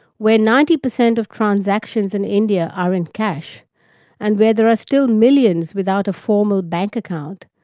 where ninety percent of transactions in india are in cash and where there are still millions without a formal bank account,